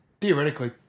theoretically